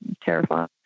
terrifying